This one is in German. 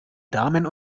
damen